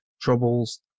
troubles